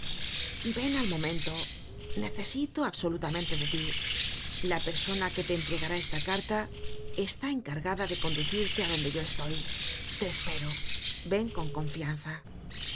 ven al momento necesito absolutamente de tí la persona que te entregará esta carta está encargada de conducirte á donde yo estoy te espero ven con confianza el